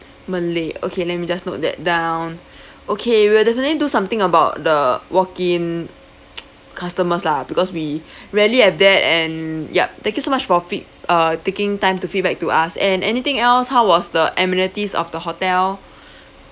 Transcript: malay okay let me just note that down okay we'll definitely do something about the walk in customers lah because we rarely have that and yup thank you so much for feed~ uh taking time to feedback to us and anything else how was the amenities of the hotel